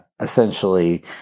essentially